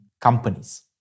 companies